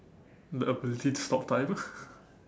the ability to stop time